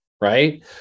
right